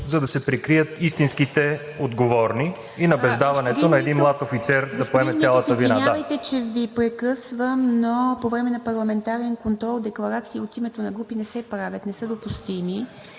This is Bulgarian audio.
за да се прикрият истинските отговорни и набеждаването на един млад офицер да поеме цялата вина. ПРЕДСЕДАТЕЛ ИВА МИТЕВА: Господин Митов, извинявайте, че Ви прекъсвам, но по време на парламентарен контрол декларации от името на групи не се правят, не са допустими.